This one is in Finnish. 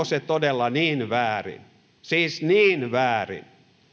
se todella niin väärin siis niin väärin